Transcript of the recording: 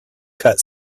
cut